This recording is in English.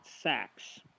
sacks